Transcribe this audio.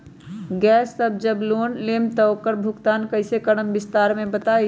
Gas जब हम लोग लेम त उकर भुगतान कइसे करम विस्तार मे बताई?